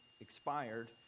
expired